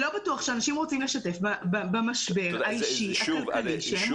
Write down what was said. לא בטוח שאנשים רוצים לשתף במשבר האישי הכלכלי שהם עוברים.